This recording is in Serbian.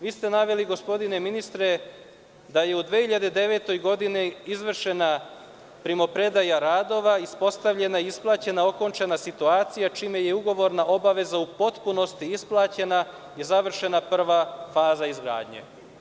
Vi ste naveli, gospodine ministre, da je u 2009. godini izvršena primopredaja radova, ispostavljena i isplaćena okončana situacija, čime je ugovorna obaveza u potpunosti isplaćena i završena prva faza izgradnje.